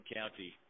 County